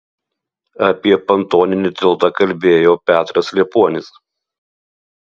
apie pontoninį tiltą kalbėjo petras liepuonis